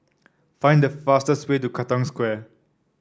find the fastest way to Katong Square